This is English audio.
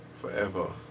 forever